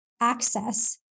access